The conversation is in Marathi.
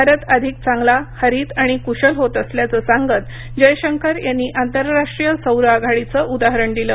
भारत अधिक चांगला हरित आणि कुशल होत असल्याचं सांगत जयशंकर यांनी आंतरराष्ट्रीय सौर आघाडीचं उदाहरण दिलं